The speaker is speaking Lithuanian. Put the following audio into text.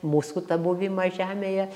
mūsų tą buvimą žemėje